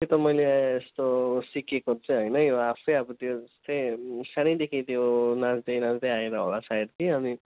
त्यो त मैले यस्तो सिकेको चाहिँ होइन यो आफै अब त्यस्तै सानैदेखि त्यो नाच्दै नाच्दै आएर होला सायद के अनि